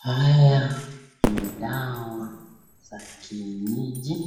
Haya ni dawa za kienyeji